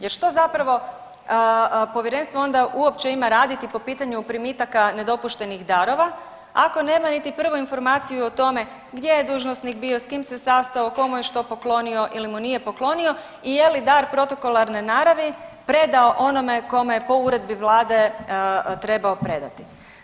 Jer što zapravo povjerenstvo onda uopće ima raditi po pitanju primitaka nedopuštenih darova ako nema niti prvu informaciju o tome gdje je dužnosnik bio, s kim se sastao, tko mu je što poklonio ili mu nije poklonio i je li dar protokolarne naravi predao onome kome je po uredbi vlade trebao predati.